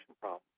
problem